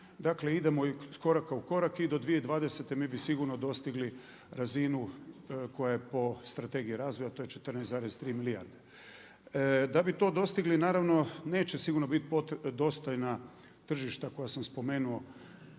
Dakle idemo iz koraka u korak i do 2020. mi bi sigurno dostigli razinu koja je po Strategiji razvoja, a to je 14,3 milijarde. Da bi to dostigli naravno neće sigurno biti dostojna tržišta koja sam spomenuo